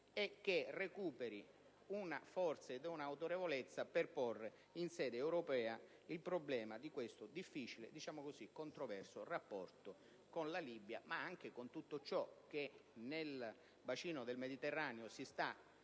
e di recuperare forza ed autorevolezza per porre in sede europea il problema di questo difficile e, per così dire, controverso rapporto con la Libia, ma anche con tutto ciò che nel bacino del Mediterraneo si sta